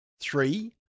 three